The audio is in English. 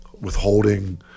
Withholding